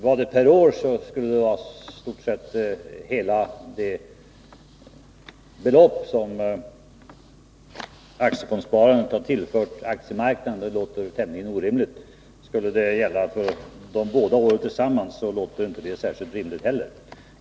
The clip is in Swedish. Om det gällde kostnader per år, skulle det vara hela det belopp som aktiefondssparandet har tillfört aktiemarknaden, och det låter tämligen orimligt. Skulle det gälla för de två år då aktiefondssparande funnits, låter inte det särskilt rimligt heller.